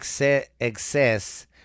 Excess